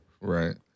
right